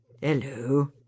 Hello